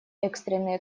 экстренные